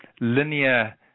linear